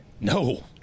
No